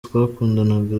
twakundanaga